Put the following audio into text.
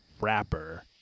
rapper